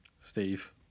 Steve